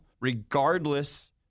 regardless